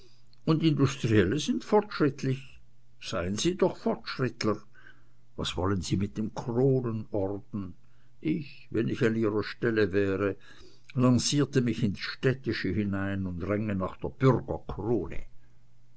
und industrielle sind fortschrittlich seien sie doch fortschrittler was wollen sie mit dem kronenorden ich wenn ich an ihrer stelle wäre lancierte mich ins städtische hinein und ränge nach der bürgerkrone